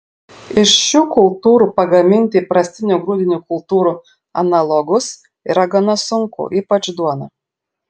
iš šių kultūrų pagaminti įprastinių grūdinių kultūrų analogus yra gana sunku ypač duoną